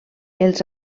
els